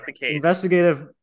investigative